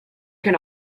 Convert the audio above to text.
can